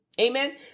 Amen